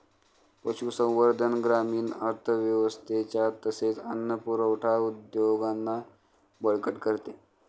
पशुसंवर्धन ग्रामीण अर्थव्यवस्थेच्या तसेच अन्न पुरवठा उद्योगांना बळकट करते